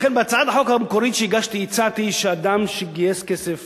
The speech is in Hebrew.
לכן בהצעת החוק המקורית שהגשתי הצעתי שאדם שגייס כסף